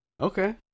Okay